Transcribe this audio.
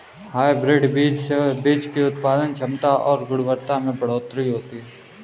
hybrid बीज से बीज की उत्पादन क्षमता और गुणवत्ता में बढ़ोतरी होती है